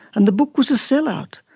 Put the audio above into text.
and the book was a sell-out,